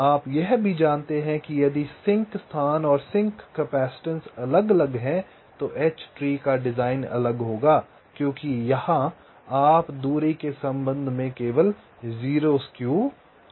आप यह भी जानते हैं कि यदि सिंक स्थान और सिंक कैपेसिटेंस अलग अलग हैं तो एच ट्री का डिज़ाइन अलग होगा क्योंकि यहां आप दूरी के संबंध में केवल 0 स्क्यू कह रहे हैं